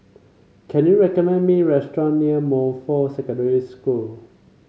can you recommend me restaurant near Montfort Secondary School